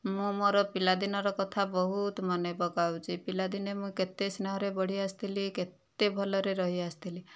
ମୁଁ ମୋର ପିଲାଦିନର କଥା ବହୁତ ମନେ ପକାଉଛି ପିଲାଦିନେ ମୁଁ କେତେ ସ୍ନେହରେ ବଢ଼ି ଆସିଥିଲି କେତେ ଭଲରେ ରହି ଆସିଥିଲି